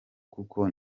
kuko